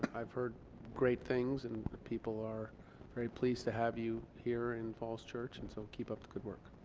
i've heard great things and people are very pleased to have you here in falls church and so keep up the good work